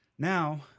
Now